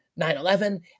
9-11